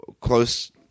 close